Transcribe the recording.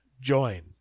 join